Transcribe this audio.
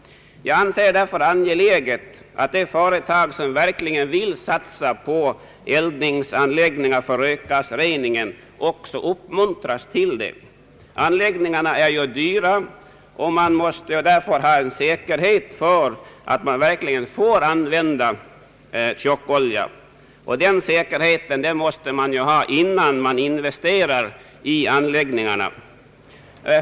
Jag anser det därför angeläget att de företag som verkligen vill satsa på eld ningsanläggningar med anordningar för rökgasrening också uppmuntras till det. Anläggningarna är dyra, och man måste därför ha säkerhet för att man verkligen får använda tjockolja. Den säkerheten måste man ha innan man investerar i sådana anläggningar.